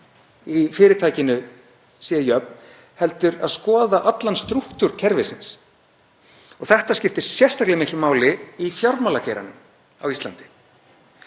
í fyrirtækinu sé jöfn, heldur þarf að skoða allan strúktúr kerfisins. Þetta skiptir sérstaklega miklu máli í fjármálageiranum á Íslandi,